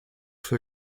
für